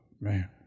man